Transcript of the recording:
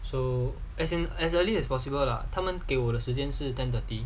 so as in as early as possible lah 他们给我的时间是 ten thirty